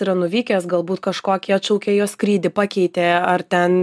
yra nuvykęs galbūt kažkokį atšaukė jo skrydį pakeitė ar ten